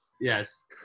Yes